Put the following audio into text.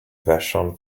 vashon